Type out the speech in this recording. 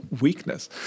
weakness